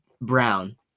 brown